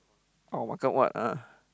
or makan what ah